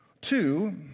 Two